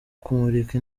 kumurika